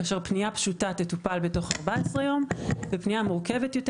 כאשר פנייה פשוטה תטופל בתוך 14 ימים ופנייה מורכבת יותר